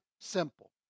simple